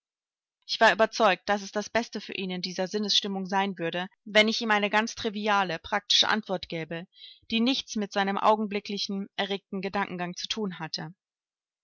ich war überzeugt daß es das beste für ihn in dieser sinnesstimmung sein würde wenn ich ihm eine ganz triviale praktische antwort gäbe die nichts mit seinem augenblicklichen erregten gedankengang zu thun hatte